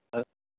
അതെ